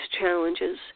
challenges